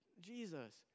Jesus